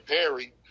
Perry